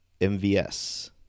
MVS